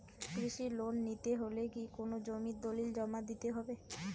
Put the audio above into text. কৃষি লোন নিতে হলে কি কোনো জমির দলিল জমা দিতে হবে?